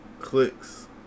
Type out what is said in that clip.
clicks